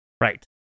Right